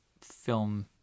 film